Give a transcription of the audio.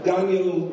Daniel